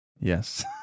Yes